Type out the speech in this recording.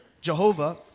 Jehovah